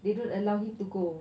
they don't allow him to go